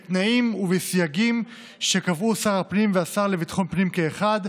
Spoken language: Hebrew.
בתנאים ובסייגים שקבעו שר הפנים והשר לביטחון פנים כאחד,